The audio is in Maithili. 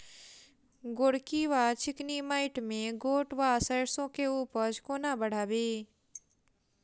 गोरकी वा चिकनी मैंट मे गोट वा सैरसो केँ उपज कोना बढ़ाबी?